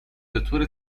بطور